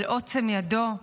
על עוצם ידו.